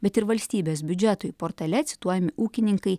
bet ir valstybės biudžetui portale cituojami ūkininkai